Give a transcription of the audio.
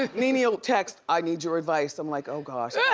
ah nene will text, i need your advice, i'm like, oh, gosh, yeah